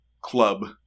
club